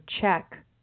check